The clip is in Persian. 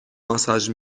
ماساژ